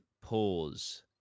Pause